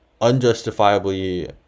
unjustifiably